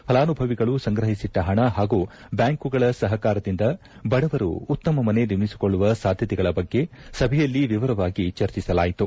ಫಲಾನುಭವಿಗಳು ಸಂಗ್ರಹಿಸಿಟ್ಟ ಹಣ ಹಾಗೂ ಬ್ಯಾಂಕುಗಳ ಸಹಕಾರದಿಂದ ಬಡವರು ಉತ್ತಮ ಮನೆ ನಿರ್ಮಿಸಿಕೊಳ್ಳುವ ಸಾಧ್ಯತೆಗಳ ಬಗ್ಗೆ ಸಭೆಯಲ್ಲಿ ವಿವರವಾಗಿ ಚರ್ಚಿಸಲಾಯಿತು